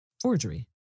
Forgery